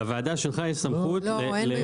בוועדה שלך יש סמכות לקדם חקיקה.